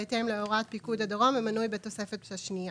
בהתאם להוראת פיקוד הדרום המנוי בתוספת השנייה.